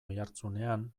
oihartzunean